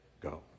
go